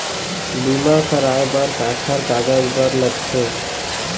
बीमा कराय बर काखर कागज बर लगथे?